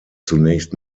zunächst